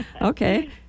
Okay